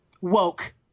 woke